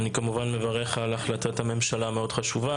אני כמובן מברך על החלטת הממשלה המאוד חשובה